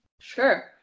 Sure